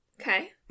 Okay